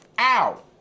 Ow